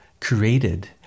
created